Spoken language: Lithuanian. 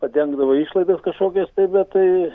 padengdavo išlaidas kažkokias tai bet tai